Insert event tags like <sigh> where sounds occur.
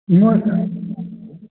<unintelligible>